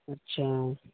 اچھا